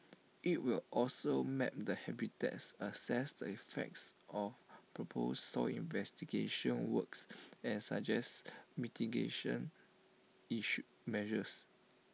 IT will also map the habitats assess the effects of proposed soil investigation works and suggest mitigation issue measures